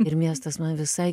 ir miestas man visai